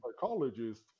psychologist